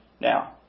Now